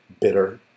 bitter